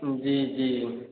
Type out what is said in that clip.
जी जी